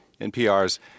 npr's